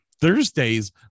Thursdays